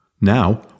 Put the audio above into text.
Now